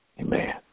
Amen